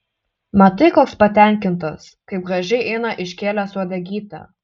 matai koks patenkintas kaip gražiai eina iškėlęs uodegytę